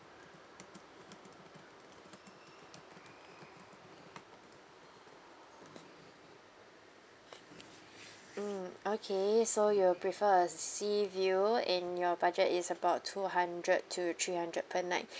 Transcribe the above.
mm okay so you'll prefer a sea view and your budget is about two hundred to three hundred per night